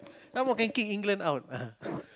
some more can kick England out